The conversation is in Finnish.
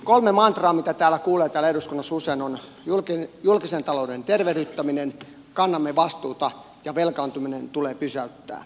kolme mantraa joita kuulee täällä eduskunnassa usein on julkisen talouden tervehdyttäminen kannamme vastuuta ja velkaantuminen tulee pysäyttää